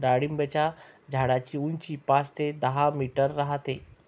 डाळिंबाच्या झाडाची उंची पाच ते दहा मीटर राहते